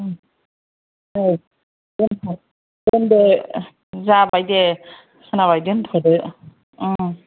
औ दोनदो जाबाय दे खोनाबाय दोनथ'दो